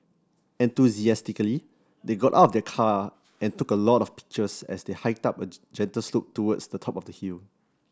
enthusiastically they got out of the car and took a lot of pictures as they hiked up a gentle slope towards the top of the hill